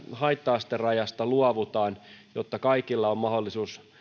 haitta asterajasta luovutaan jotta kaikilla on mahdollisuus